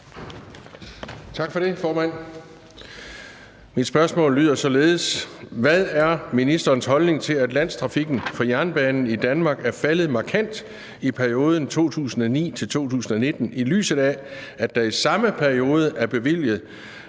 Tak for det, formand. Mit spørgsmål lyder således: Hvad er ministerens holdning til, at landstrafikken for jernbanen i Danmark er faldet markant i perioden fra 2009 til 2019, i lyset af at der i samme periode blev bevilget